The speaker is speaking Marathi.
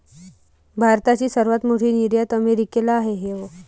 भारताची सर्वात मोठी निर्यात अमेरिकेला आहे